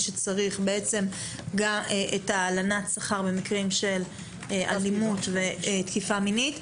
שצריך את הלנת השכר במקרים של אלימות ותקיפה מינית.